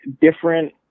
different